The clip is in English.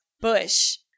Bush